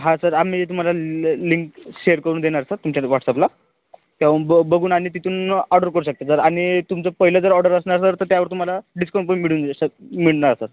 हा सर आम्ही तुम्हाला लिं लिंक शेअर करून देणार सर तुमच्या व्हाटसअपला त्याहून बघू बघून आणि तिथून ऑर्डर करू शकता जर आणि तुमचं पहिलं जर ऑर्डर असणार सर त्यावर तुम्हाला डिस्काउंट पण मिळून जाईल सर मिळणार सर